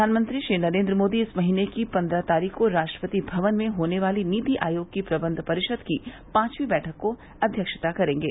प्रधानमंत्री नरेन्द्र मोदी इस महीने की पन्द्रह तारीख को राष्ट्रपति भवन में होने वाली नीति आयोग की प्रबंध परिषद की पांचवीं बैठक की अध्यक्षता करेंगे